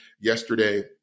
yesterday